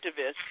activists